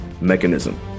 mechanism